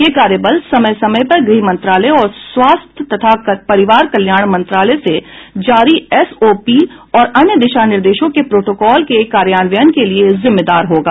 यह कार्य बल समय समय पर गृह मंत्रालय और स्वास्थ्य तथा परिवार कल्याण मंत्रालय से जारी एसओपी और अन्य दिशा निर्देशों के प्रोटोकॉल के कार्यान्वयन के लिए जिम्मेदार होगा